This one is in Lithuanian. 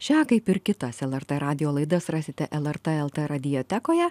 šią kaip ir kitas lrt radijo laidas rasite lrt lt radiotekoje